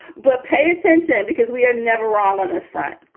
but pay attention, because we are never wrong on this front